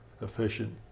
efficient